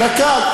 דקה,